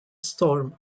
storm